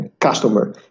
customer